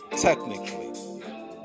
Technically